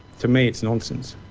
to me it's nonsense.